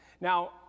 Now